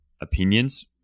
opinions